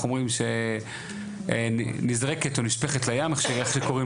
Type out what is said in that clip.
אנחנו רואים שנזרקת ונשפכת לים ואני חושב